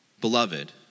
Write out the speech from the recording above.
beloved